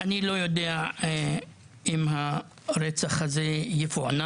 אני לא יודע אם הרצח הזה יפוענח,